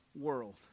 world